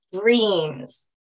dreams